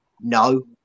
no